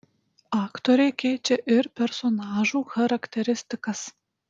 aktoriai keičia ir personažų charakteristikas